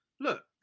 Look